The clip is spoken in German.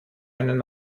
einen